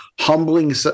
humbling